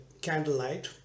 Candlelight